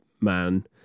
man